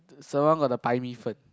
so long got the 白米粉